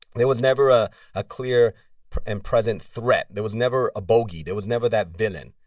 there was never a a clear and present threat. there was never a bogey. there was never that villain.